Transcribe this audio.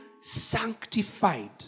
sanctified